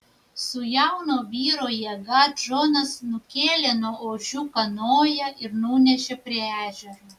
su jauno vyro jėga džonas nukėlė nuo ožių kanoją ir nunešė prie ežero